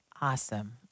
Awesome